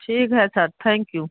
ठीक है sir thank you